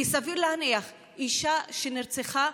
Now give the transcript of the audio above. כי סביר להניח שאישה שנרצחה,